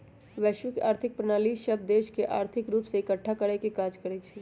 वैश्विक आर्थिक प्रणाली देश सभके आर्थिक रूप से एकठ्ठा करेके काज करइ छै